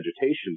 vegetation